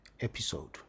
episode